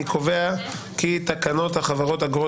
אני קובע כי תקנות החברות (אגרות)